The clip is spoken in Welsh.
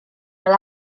fel